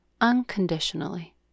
unconditionally